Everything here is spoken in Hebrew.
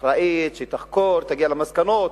אחראית, שתחקור, שתגיע למסקנות,